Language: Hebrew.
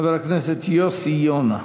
חבר הכנסת יוסי יונה.